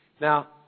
Now